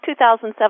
2007